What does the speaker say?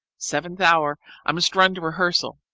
seventh hour i must run to rehearsal.